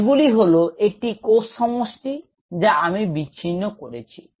এগুলি হল একটি কোষসমষ্টি যা আমি বিচ্ছিন্ন করেছি